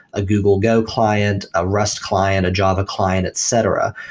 a google go client, a rest client, a java client, etc,